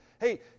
Hey